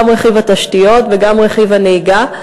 גם רכיב התשתיות וגם רכיב הנהיגה,